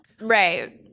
Right